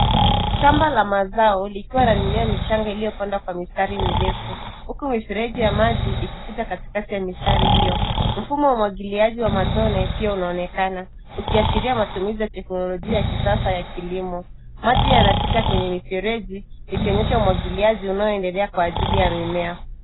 Shamba la mazao, likiwa na mimea michanga iliyopanda kwa mistari mirefu, huku mifereji ya maji, ikipita katikati ya mistari hiyo. Mfumo wa umwagiliaji wa matone, pia unaonekana, ukiashiria matumizi ya teknolojia ya kisasa ya kilimo. Maji yanapita kwenye mifereji, ikionyesha umwagiliaji unaoendelea kwa ajili ya mimea.